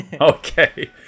Okay